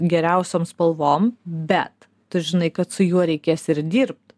geriausiom spalvom bet tu žinai kad su juo reikės ir dirbt